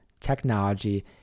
technology